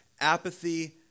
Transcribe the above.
apathy